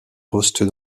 postes